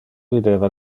videva